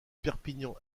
perpignan